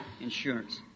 insurance